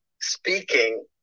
speaking